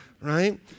right